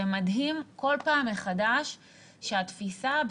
זה מדהים בכל פעם מחדש שהתפיסה הבסיסית,